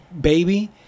baby